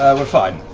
well, fine.